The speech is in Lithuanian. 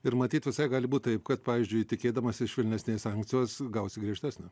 ir matyt visai gali būt taip kad pavyzdžiui tikėdamasis švelnesnės sankcijos gausi griežtesnę